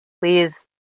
Please